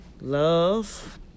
Love